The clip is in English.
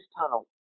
tunnel